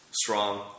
strong